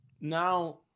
now